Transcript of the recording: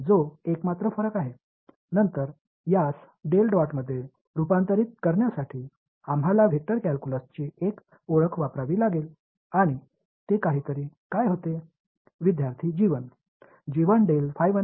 3D இல் இது ஒரு ஒருங்கிணைந்த dv யாக இருக்கும் இது ஒரே வித்தியாசம் பின்னர் இதை ஒரு டெல் டாட் மற்றும் ஆக மாற்ற வெக்டர் கால்குலஸ் ஒரு அடையாளத்தைப் பயன்படுத்த வேண்டியிருந்தது அந்த மற்றும் என்ன